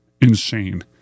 insane